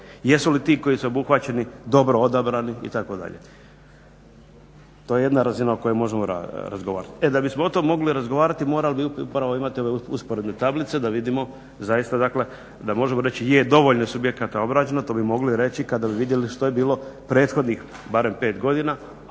Jesu li ti koji su obuhvaćeni dobro odabrani itd. To je jedna razina o kojoj možemo razgovarati. E da bismo o tome mogli razgovarati morali bi upravo imati ove usporedne tablice da vidimo zaista, dakle da možemo reći je dovoljno je subjekata obrađeno. To bi mogli reći kada bi vidjeli što je bilo prethodnih barem pet godina,